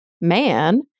man